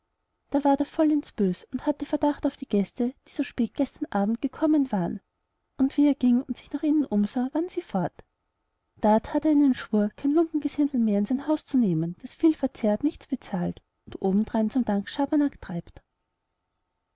da ward er vollends bös und hatte verdacht auf die gäste die so spät gestern abend gekommen waren und wie er ging und sich nach ihnen umsah waren sie fort da that er einen schwur kein lumpengesindel mehr in sein haus zu nehmen das viel verzehrt nichts bezahlt und obendrein zum dank schabernack treibt